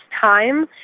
time